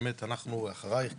אנחנו אחרייך.